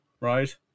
right